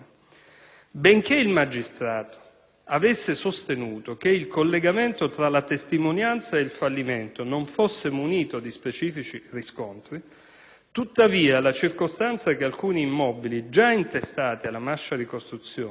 Benché il magistrato avesse sostenuto che il collegamento fra la testimonianza e il fallimento non fosse munito di specifici riscontri, tuttavia la circostanza che alcuni immobili, già intestati alla Masciari Costruzioni,